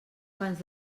abans